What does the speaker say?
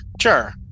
Sure